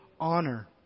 honor